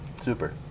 Super